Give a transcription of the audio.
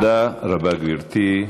תודה רבה, גברתי.